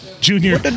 junior